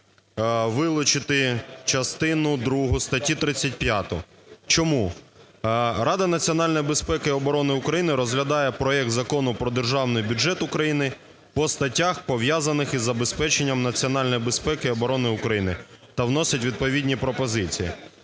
вилучити частину другу статті 35. Чому? Рада національної безпеки і оборони України розглядає проект Закону "Про Державний бюджет України" по статтях, пов'язаних із забезпеченням національної безпеки і оборони України, та вносить відповідні пропозиції.